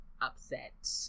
upset